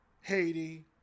Haiti